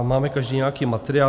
Máme každý nějaký materiál.